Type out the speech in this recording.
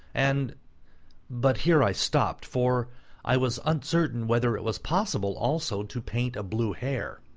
and but here i stopped, for i was uncertain whether it was possible also to paint a blue hare.